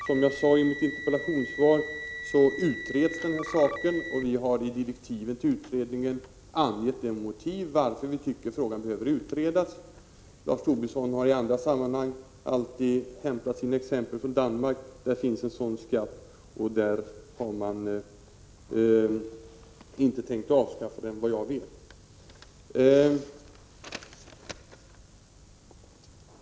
Som jag sade i mitt interpellationssvar utreds den här saken, och vi har i direktiven till utredningen angett motiven till att vi tycker att frågan behöver utredas. Lars Tobisson har i andra sammanhang alltid hämtat sina exempel från Danmark. Där finns en sådan skatt, och där har man inte tänkt avskaffa den, såvitt jag vet.